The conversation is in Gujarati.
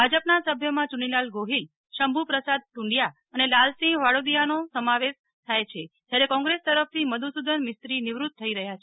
ભાજપ ના સભ્યોમાં યુનીભાઈ ગોહિલ શંભુ પ્રસાદ દ્રંડિયા અને લાલસિંહ વાડોદીયાનો સમાવેશ થાય છે જ્યારે કોંગ્રેસ તરફથી મધુસૂદન મિસ્ત્રી નિવૃત થઈ રહ્યા છે